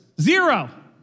Zero